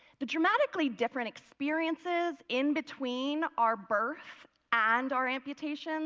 the dramatically different experiences in between our birth and our amputations